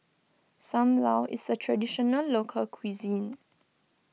Sam Lau is a Traditional Local Cuisine